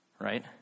right